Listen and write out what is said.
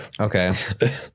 okay